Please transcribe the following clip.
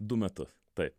du metus taip